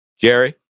Jerry